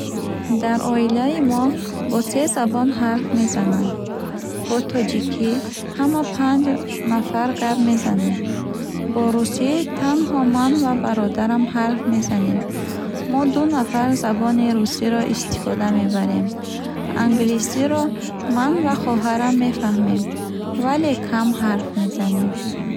Дар оилаи мо бо се забон ҳарф мезананд. Бо тоҷикӣ ҳама панҷ нафар гап мезанем. Бо русӣ танҳо ман ва бародарам ҳарф мезанем. Мо ду нафар забони русиро истифода мебарем. Англисиро ман ва хоҳарам мефаҳмем, вале кам ҳарф мезанем.